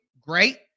great